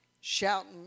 shouting